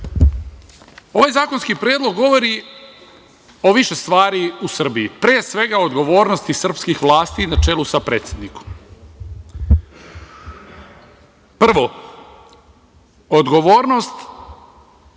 Ovaj zakonski predlog govori o više stvari u Srbiji. Pre svega, o odgovornosti srpskih vlasti, na čelu sa predsednikom. Prvo, odgovornost